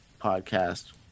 podcast